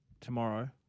tomorrow